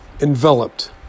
enveloped